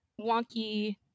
wonky